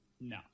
No